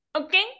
okay